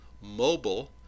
mobile